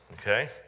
okay